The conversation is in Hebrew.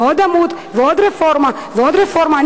ועוד עמוד ועוד רפורמה ועוד רפורמה.